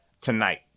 tonight